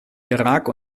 irak